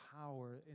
power